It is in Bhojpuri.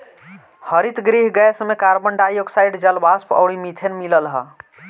हरितगृह गैस में कार्बन डाई ऑक्साइड, जलवाष्प अउरी मीथेन मिलल हअ